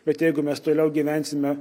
bet jeigu mes toliau gyvensime